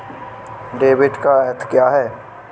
Debit का अर्थ क्या है?